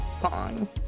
song